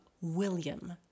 William